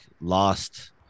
lost